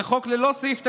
זה חוק ללא סעיף תקציבי.